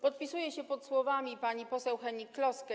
Podpisuję się pod słowami pani poseł Hennig-Kloski.